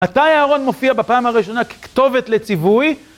מתי אהרון מופיע בפעם הראשונה ככתובת לציווי?